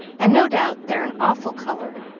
and no doubt they're an awful color.